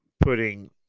putting